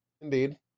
Indeed